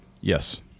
yes